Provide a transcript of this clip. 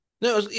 No